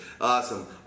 Awesome